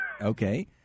Okay